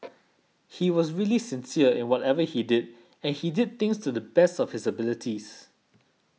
he was really sincere in whatever he did and he did things to the best of his abilities